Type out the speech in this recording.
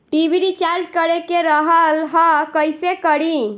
TV recharge करे के रहल ह कइसे करी?